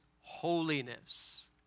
holiness